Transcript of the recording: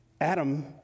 Adam